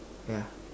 ya